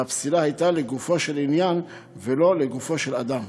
והפסילה הייתה לגופו של עניין ולא לגופו של אדם,